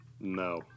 No